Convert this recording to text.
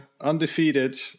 undefeated